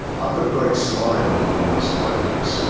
i've got a great slide on one of my slide decks,